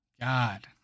God